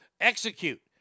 execute